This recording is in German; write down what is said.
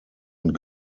und